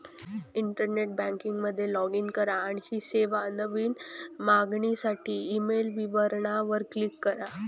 internet banking मध्ये log in करा, आणखी सेवा, नवीन मागणीसाठी ईमेल विवरणा वर क्लिक करा